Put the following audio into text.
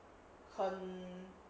很